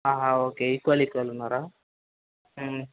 okay equal equal ఉన్నారా